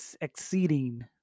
exceeding